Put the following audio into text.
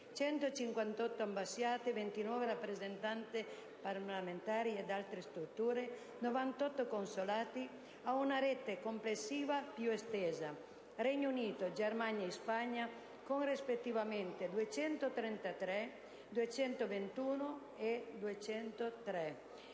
(158 ambasciate, 29 rappresentanze permanenti ed altre strutture, 98 consolati) ha una rete complessiva più estesa. Regno Unito, Germania e Spagna, con rispettivamente 233, 221 e 203